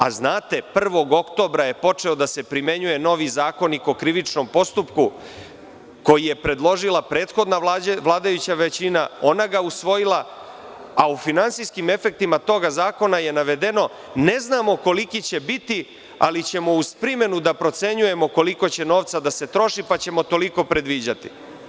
A znate, 1. oktobra je počeo da se primenjuje novi Zakonik o krivičnom postupku, koji je predložila prethodna vladajuća većina, ona ga usvojila, a u finansijskim efektima tog zakona je navedeno – ne znamo koliki će biti, ali ćemo uz primenu da procenjujemo koliko će novca da se troši, pa ćemo toliko predviđati.